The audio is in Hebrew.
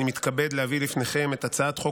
אני מתכבד להביא לפניכם את הצעת חוק